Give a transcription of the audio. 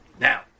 Now